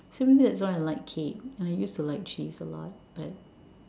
so maybe that's why I like cake and I used to like cheese a lot but